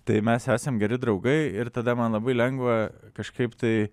tai mes esam geri draugai ir tada man labai lengva kažkaip tai